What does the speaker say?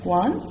one